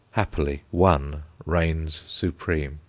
happily, one reigns supreme.